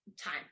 time